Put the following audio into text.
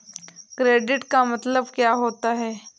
Credit का मतलब क्या होता है?